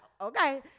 okay